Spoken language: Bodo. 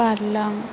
बारलां